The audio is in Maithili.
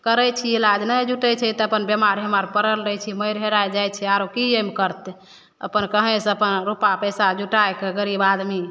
करै छिए इलाज नहि जुटै छै तऽ अपन बेमार हेमार पड़ल रहै छिए मरि हेरै जाइ छिए आओर कि एहिमे करतै अपन कहीँसे अपन रुपा पइसा जुटैके गरीब आदमी